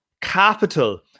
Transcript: capital